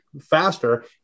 faster